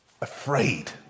afraid